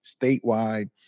statewide